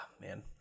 man